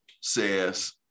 says